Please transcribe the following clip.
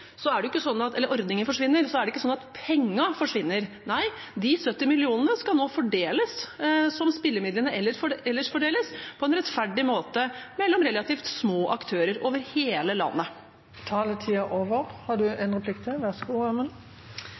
er det ikke slik at pengene forsvinner. Nei, de 70 mill. kr skal nå fordeles som spillemidlene ellers fordeles, på en rettferdig måte mellom relativt små aktører over hele landet. Jeg noterer meg dette med rettferdighet. Budsjettet har